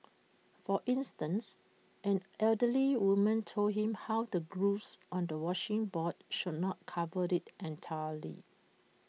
for instance an elderly woman told him how the grooves on A washing board should not covered IT entirely